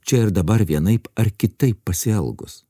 čia ir dabar vienaip ar kitaip pasielgus